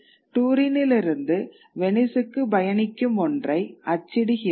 டுரினிலிருந்து வெனிஸுக்குப் பயணிக்கும் ஒன்றை அச்சிடுகிறது